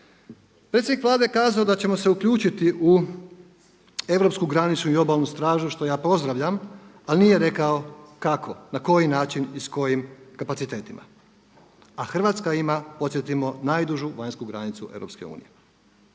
Predsjednik Vlade je kazao da ćemo se uključiti u europsku graničnu i obalnu stražu što ja pozdravljam ali nije rekao kako, na koji način i s kojim kapacitetima, a Hrvatska ima podsjetimo najdužu vanjsku granicu EU.